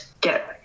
get